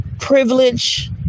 privilege